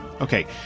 okay